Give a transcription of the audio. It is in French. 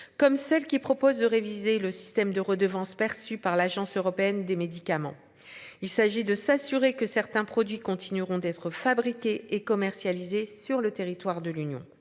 comme celle qui propose de réviser le système de redevances perçues par l'Agence européenne des médicaments. Il s'agit de s'assurer que certains produits continueront d'être fabriqués et commercialisés sur le territoire de l'Union.